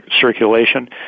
circulation